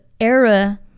era